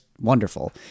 wonderful